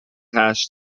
hash